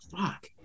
Fuck